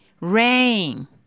rain